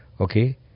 Okay